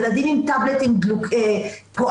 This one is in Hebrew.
ילדים עם טאבלטים פועלים,